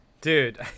Dude